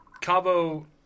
Cabo